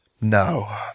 No